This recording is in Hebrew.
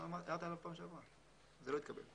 הערת עליו בפעם שעברת, זה לא התקבל.